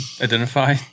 identify